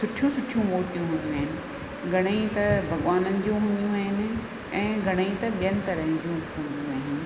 सुठियूं सुठियूं मुर्तियूं हूंदियूं आहिनि घणेई त भॻिवाननि जूं हूंदियूं आहिनि ऐं घणेई त ॿियनि तरहनि जूं हूंदियूं आहिनि